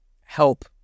help